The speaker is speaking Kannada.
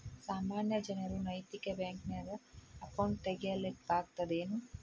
ಸಾಮಾನ್ಯ ಜನರು ನೈತಿಕ ಬ್ಯಾಂಕ್ನ್ಯಾಗ್ ಅಕೌಂಟ್ ತಗೇ ಲಿಕ್ಕಗ್ತದೇನು?